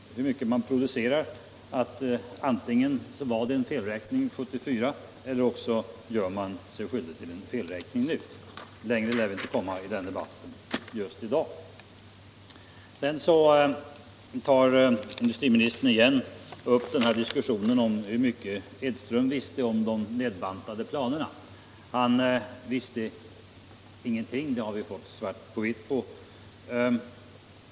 Antingen var det en felräkning 1974 eller också gör man sig skyldig till en felräkning nu. Längre lär vi inte komma i den debatten i dag. Industriministern tar åter upp diskussionen om hur mycket herr Edström visste om de nedbantade planerna. Han visste ingenting.